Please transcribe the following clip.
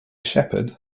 shepherd